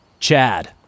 Chad